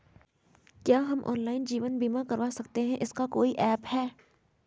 क्या हम ऑनलाइन जीवन बीमा करवा सकते हैं इसका कोई ऐप है?